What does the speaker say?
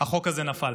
החוק הזה נפל.